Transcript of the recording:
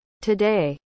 Today